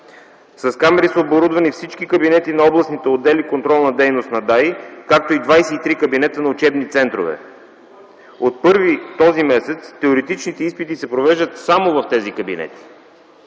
С камери са оборудвани и всички кабинети на областните отдели „Контролна дейност” на ДАИ, както и 23 кабинета на учебни центрове. От 1-ви този месец теоретичните изпити се провеждат само в тези кабинети.